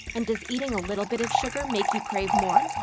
and does eating a little bit of sugar make you crave more?